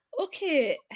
okay